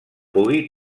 pugui